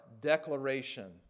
declaration